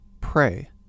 pray